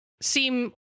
seem